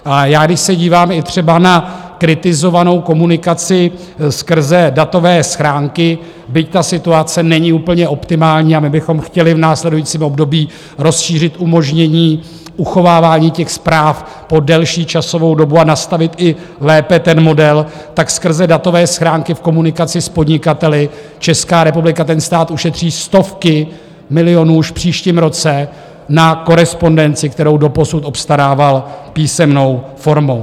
A když se dívám i třeba na kritizovanou komunikaci skrze datové schránky, byť ta situace není úplně optimální a my bychom chtěli v následujícím období rozšířit umožnění uchovávání těch zpráv po delší časovou dobu a nastavit i lépe ten model, tak skrze datové schránky v komunikaci s podnikateli Česká republika, ten stát, ušetří stovky milionů už v příštím roce na korespondenci, kterou doposud obstarával písemnou formou.